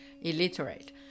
illiterate